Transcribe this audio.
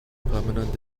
permanent